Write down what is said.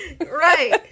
Right